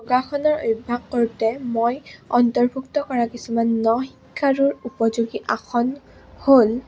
সোগাসন অভ্যাস কৰতে মই অন্তৰ্ভুক্ত কৰা কিছুমান ন শিক্ষাৰুৰ উপযোগী আসন হ'ল